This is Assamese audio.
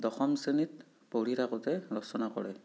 দশম শ্ৰেণীত পঢ়ি থাকোঁতে ৰচনা কৰে